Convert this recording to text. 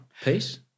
peace